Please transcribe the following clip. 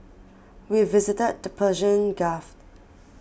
we visited the Persian Gulf